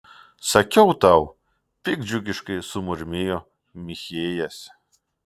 sakiau tau piktdžiugiškai sumurmėjo michėjas